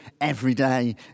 Everyday